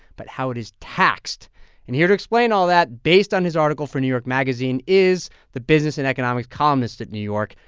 but how it is taxed and here to explain all that, based on his article for new york magazine, is the business and economics columnist at new york,